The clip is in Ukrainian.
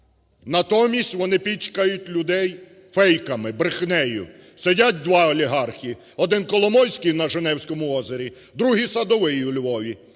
Натомість вонипічкають людей фейками, брехнею. Сидять два олігархи: один – Коломойський на женевському озері, другий – Садовий у Львові